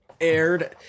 aired